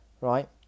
right